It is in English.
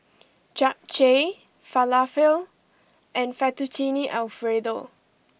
Japchae Falafel and Fettuccine Alfredo